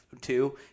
Two